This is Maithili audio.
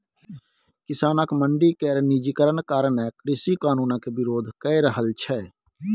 किसान मंडी केर निजीकरण कारणें कृषि कानुनक बिरोध कए रहल छै